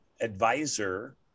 advisor